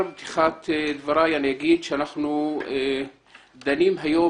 בפתיחת דבריי אני אומר שאנחנו דנים היום